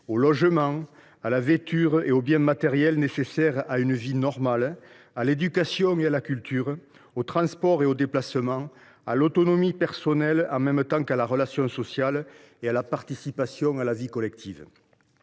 au logement, à la vêture et aux biens matériels indispensables à une vie normale, à l’éducation et à la culture, aux transports et aux déplacements, à l’autonomie personnelle, ainsi qu’à la relation sociale et à la participation à la vie collective.